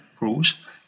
rules